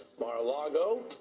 Mar-a-Lago